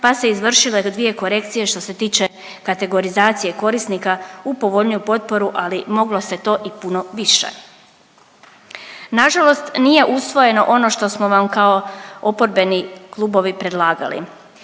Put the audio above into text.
su se izvršile do dvije korekcije što se tiče kategorizacije korisnika u povoljniju potporu, ali moglo se to i puno više. Nažalost nije usvojeno ono što smo vam kao oporbeni klubovi predlagali.